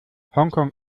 hongkong